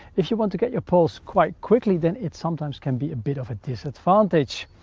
if you want to get your poles quite quickly, then it sometimes can be a bit of a disadvantage.